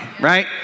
right